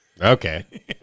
Okay